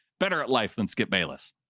better at life than skip bayless.